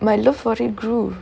my love for it grew